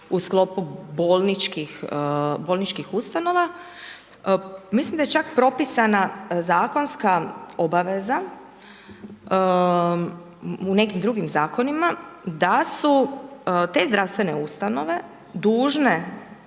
u sklopu bolničkih ustanova, mislim da je čak propisana zakonska obaveza u nekim drugim zakonima, da su te zdravstvene ustanove dužne